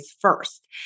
first